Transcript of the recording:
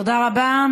תודה רבה.